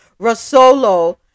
Rosolo